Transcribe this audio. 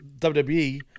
WWE